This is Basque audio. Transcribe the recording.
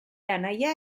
anaia